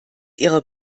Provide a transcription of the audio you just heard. ihrer